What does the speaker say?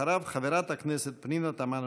אחריו, חברת הכנסת פנינה תמנו-שטה.